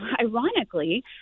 ironically